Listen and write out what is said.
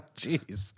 Jeez